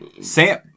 Sam